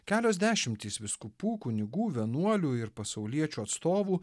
kelios dešimtys vyskupų kunigų vienuolių ir pasauliečių atstovų